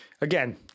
again